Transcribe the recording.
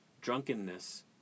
drunkenness